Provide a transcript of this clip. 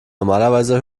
normalerweise